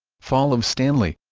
fall of stanley